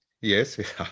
Yes